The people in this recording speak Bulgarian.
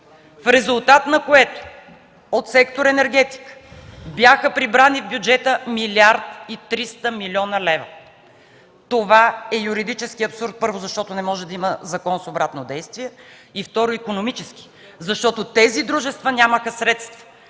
в резултат на което от сектор „Енергетика” бяха прибрани в бюджета 1 млрд. 300 млн. лв. Това е юридически абсурд – първо, защото не може да има закон с обратно действие. И второ – икономически, защото тези дружества нямаха средства,